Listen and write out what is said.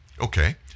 Okay